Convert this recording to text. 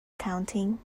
counting